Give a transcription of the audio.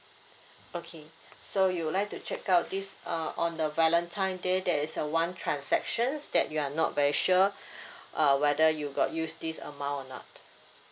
okay so you would like to check out this uh on the valentine day there's uh one transactions that you are not very sure uh whether you got use this amount or not